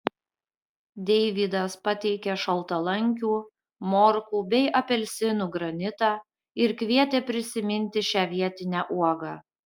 deivydas pateikė šaltalankių morkų bei apelsinų granitą ir kvietė prisiminti šią vietinę uogą